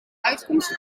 uitkomst